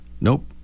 Nope